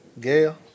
Gail